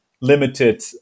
limited